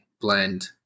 blend